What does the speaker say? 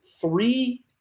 three